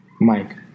Mike